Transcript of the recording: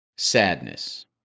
Sadness